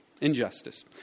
injustice